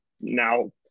now –